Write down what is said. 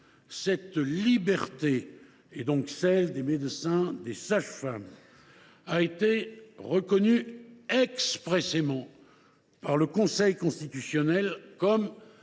de conscience, donc celle des médecins et des sages femmes, a été reconnue expressément par le Conseil constitutionnel comme